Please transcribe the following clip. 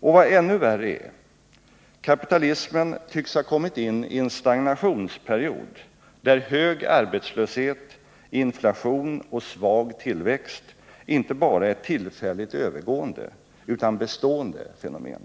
Och vad ännu värre är — kapitalismen tycks ha kommit in i en stagnationsperiod där hög arbetslöshet, inflation och svag tillväxt inte bara är tillfälligt övergående utan bestående fenomen.